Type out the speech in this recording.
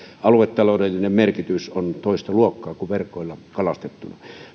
aluetaloudellinen merkitys on toista luokkaa kuin verkoilla kalastettuna